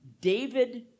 David